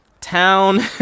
town